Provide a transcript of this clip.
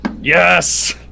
Yes